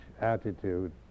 attitude